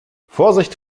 vorsicht